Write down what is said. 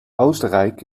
oostenrijk